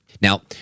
Now